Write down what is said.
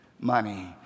Money